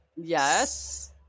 Yes